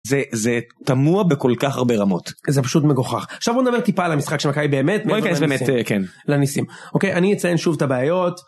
זה זה תמוה בכל כך הרבה רמות זה פשוט מגוחך עכשיו נדבר טיפה על המשחק של מכבי באמת, בוא ניכנס באמת כן, לניסים, אני אציין שוב את הבעיות.